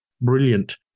brilliant